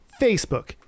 Facebook